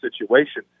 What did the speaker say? situation